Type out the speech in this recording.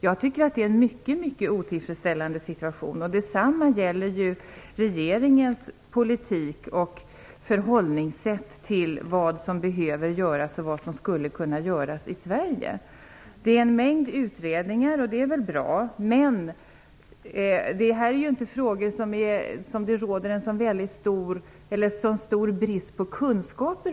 Jag tycker att det är en mycket otillfredsställande situation. Detsamma gäller regeringens politik och regeringens förhållningssätt till vad som behöver göras och vad som skulle kunna göras i Sverige. Det görs en mängd utredningar, och det är väl bra. Det här är dock inte frågor där det råder särskilt stor brist på kunskap.